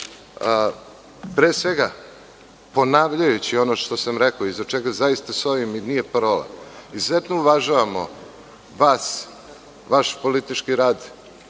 pre svega ponavljajući ono što sam rekao i iza čega zaista stojim i nije parola, izuzetno uvažavamo vas, vaš politički rad,